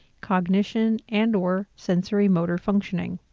cognition and or sensory motor functioning.